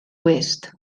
oest